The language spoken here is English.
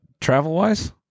Travel-wise